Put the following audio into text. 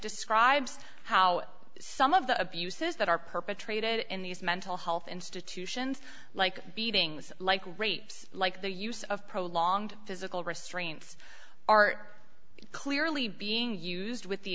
describes how some of the abuses that are perpetrated in these mental health institutions like beatings like rapes like the use of prolonged physical restraints are clearly being used with the